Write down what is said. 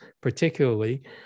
particularly